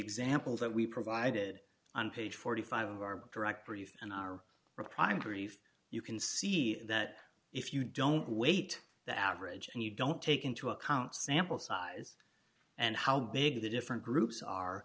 examples that we provided on page forty five of our director you and our prime grief you can see that if you don't wait the average and you don't take into account sample size and how big the different groups are